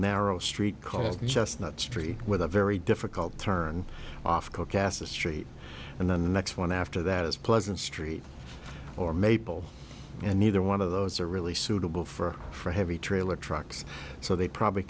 narrow street called just not street with a very difficult turn off called gas a street and then the next one after that is pleasant street or maple and neither one of those are really suitable for for heavy trailer trucks so they probably